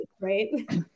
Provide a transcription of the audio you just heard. right